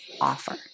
offer